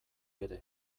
ere